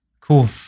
cool